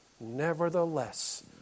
Nevertheless